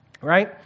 Right